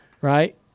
right